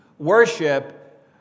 Worship